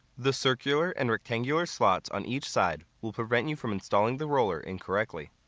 the circular and rectangular slots on each side will prevent you from installing the roller incorrectly.